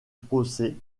procès